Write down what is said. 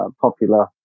popular